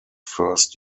first